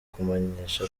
kubamenyesha